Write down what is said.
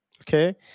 okay